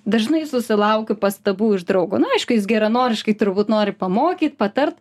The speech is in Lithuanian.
dažnai susilaukiu pastabų iš draugo nu aišku jis geranoriškai turbūt nori pamokyt patart